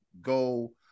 go